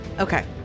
Okay